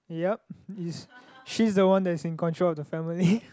yup is she's the one that's in control of the family